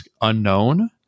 unknown